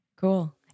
cool